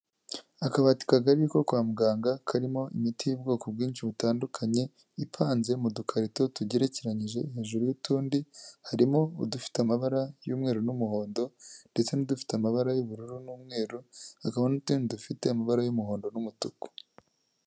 Akabati kagari ko kwa muganga karimo imiti y'ubwoko bwinshi butandukanye, ipanze mu dukarito tugerekeyije hejuru y'utundi, harimo udufite amabara y'umweru n'umuhondo ndetse n'udufite amabara y'ubururu n'umweru hakaba n'utundi dufite amabara y'umuhondo n'umutuku.